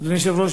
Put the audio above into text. אדוני היושב-ראש,